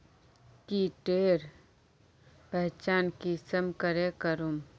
कीटेर पहचान कुंसम करे करूम?